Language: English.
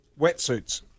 Wetsuits